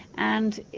and, you